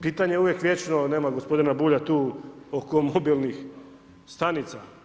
Pitanje je uvijek vječno, nema gospodina Bulja tu, oko mobilnih stanica.